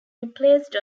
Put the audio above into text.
replaced